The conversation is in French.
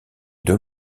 deux